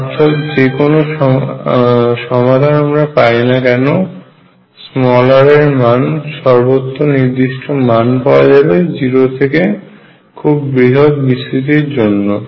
অর্থাৎ যে কোন সমাধান আমরা পাই না কেন r এর মান সর্বত্র নির্দিষ্ট পাওয়া যাবে 0 থেকে খুব বৃহৎ বিস্তৃতি পর্যন্ত